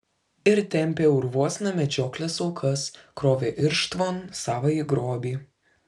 ir tempė urvuosna medžioklės aukas krovė irštvon savąjį grobį